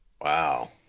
wow